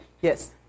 Yes